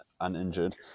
uninjured